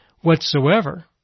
whatsoever